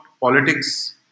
politics